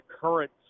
current